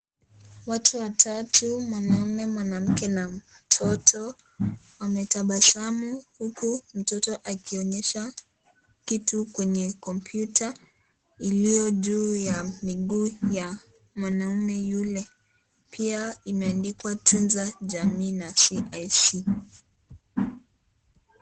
Watu watatu, mwanaume, mwanamke na mtoto, wametabasamu huku, mtoto akionyesha kitu kwenye kompyuta, iliyo juu ya miguu ya mwanaume yule. Pia, imeandikwa tunza jamii na CIC.